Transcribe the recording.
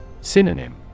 Synonym